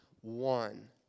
one